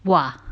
!wah!